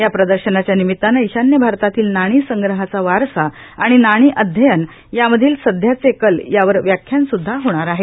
या प्रदर्शनाच्या निमिताने ईशान्य भारतातील नाणी संग्रहाचा वारसा आणि नाणी अध्ययन यांमधील सध्याचे कलश यावर व्याख्यान सुदधा होणार आहे